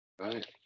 right